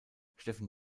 steffen